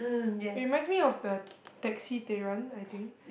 reminds me of the taxi they run I think